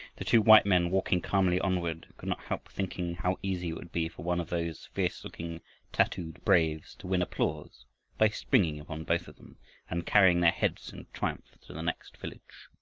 the two white men, walking calmly onward, could not help thinking how easy it would be for one of those fierce-looking tattooed braves to win applause by springing upon both of them and carrying their heads in triumph to the next village.